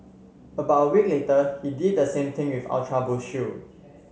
about a week later he did the same thing with Ultra Boost shoe